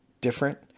different